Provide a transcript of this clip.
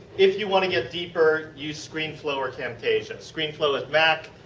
if you want to get deeper use screenflow or camtasia. screenflow is mac.